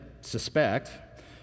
suspect